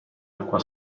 acqua